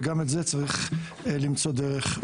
וגם בזה צריך למצוא דרך לתמוך.